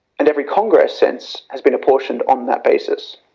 and every congress since has been apportioned on that basis.